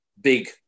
big